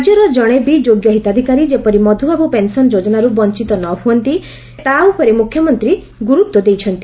ରାଜ୍ୟର ଜଣେ ବି ଯୋଗ୍ୟ ହିତାଧିକାରୀ ଯେପରି ମଧୁବାବୁ ପେନ୍ସନ୍ ଯୋଜନାରୁ ବଞ୍ଚତ ନ ହୁଅନ୍ତି ତା' ଉପରେ ମୁଖ୍ୟମନ୍ତୀ ଗୁରୁତ୍ୱ ଦେଇଛନ୍ତି